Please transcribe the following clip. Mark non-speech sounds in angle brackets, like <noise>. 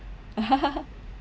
<laughs>